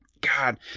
God